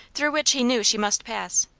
through which he knew she must pass,